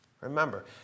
Remember